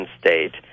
state